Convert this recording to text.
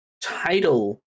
title